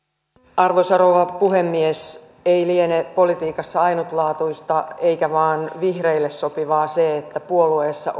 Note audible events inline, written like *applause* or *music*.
arvoisa rouva puhemies ei liene politiikassa ainutlaatuista eikä vain vihreille sopivaa se että puolueessa *unintelligible*